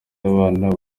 abana